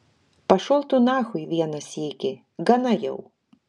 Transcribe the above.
pašol tu nachui vieną sykį gana jau